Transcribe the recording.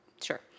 Sure